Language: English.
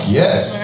yes